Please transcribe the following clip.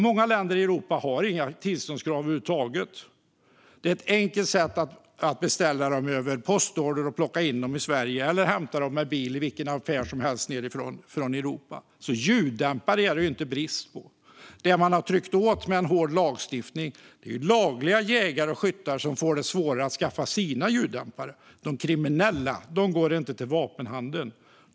Många länder i Europa har inga tillståndskrav över huvud taget. Det är enkelt att beställa dem över postorder och plocka in dem i Sverige eller hämta dem med bil i vilken affär som helst nere i Europa. Ljuddämpare är det inte brist på. De man trycker åt med en hård lagstiftning är lagliga jägare och skyttar, som får det svårare att skaffa sina ljuddämpare. De kriminella går inte till vapenhandeln.